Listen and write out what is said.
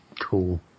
cool